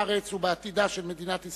בארץ ובעתידה של מדינת ישראל,